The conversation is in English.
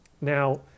Now